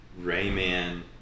Rayman